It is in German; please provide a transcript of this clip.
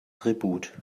tribut